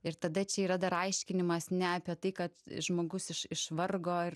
ir tada čia yra dar aiškinimas ne apie tai kad žmogus iš iš vargo ar